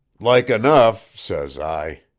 like enough says i.